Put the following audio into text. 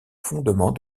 fondement